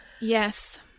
Yes